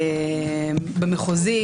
במחוזי,